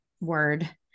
word